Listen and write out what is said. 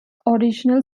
original